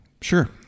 Sure